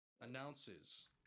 announces